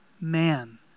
man